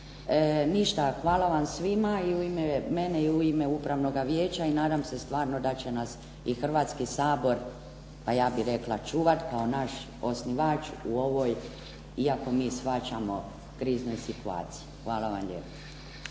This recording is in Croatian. Ništa, hvala vam svima u ime mene i u ime Upravnoga vijeća i nadam se stvarno da će nas i Hrvatski sabor pa ja bih rekla čuvati kao naš osnivač u ovoj iako mi shvaćamo kriznoj situaciji. Hvala vam lijepa.